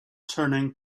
turning